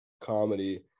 comedy